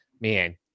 man